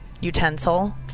utensil